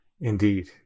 Indeed